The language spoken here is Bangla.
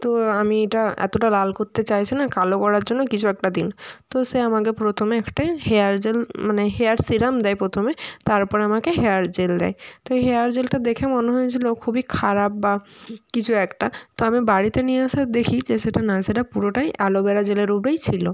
তো আমি এটা এতোটা লাল করতে চাইছি না কালো করার জন্য কিছু একটা দিন তো সে আমাকে প্রথমে একটা হেয়ার জেল মানে হেয়ার সিরাম দেয় প্রথমে তারপর আমাকে হেয়ার জেল দেয় তো হেয়ার জেলটা দেখে মনে হয়েছিলো খুবই খারাপ বা কিছু একটা তো আমি বাড়িতে নিয়ে এসে দেখি যে সেটা না সেটা পুরোটাই অ্যালোবেরা জেলের উপরেই ছিলো